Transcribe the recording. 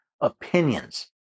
opinions